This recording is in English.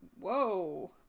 whoa